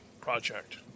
project